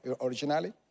originally